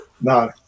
no